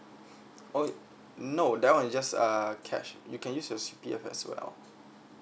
oh no that one is just uh cash you can use your C_P_F as well